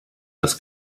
das